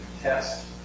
test